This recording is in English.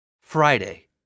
Friday